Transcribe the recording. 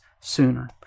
sooner